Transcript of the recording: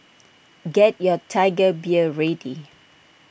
get your Tiger Beer ready